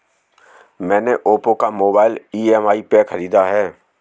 मैने ओप्पो का mobile EMI पे खरीदा है